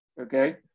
okay